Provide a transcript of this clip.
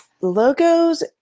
logos